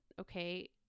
okay